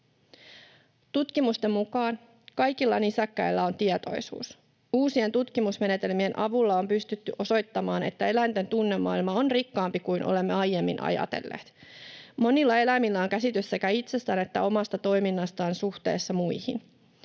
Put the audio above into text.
Tutkimusten mukaan kaikilla nisäkkäillä on tietoisuus. Uusien tutkimusmenetelmien avulla on pystytty osoittamaan, että eläinten tunnemaailma on rikkaampi kuin olemme aiemmin ajatelleet. Monilla eläimillä on käsitys sekä itsestään että omasta toiminnastaan suhteessa muihin.